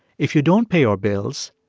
if you don't pay your bills,